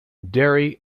derry